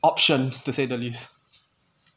option to say the least